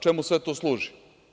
Čemu sve to služi?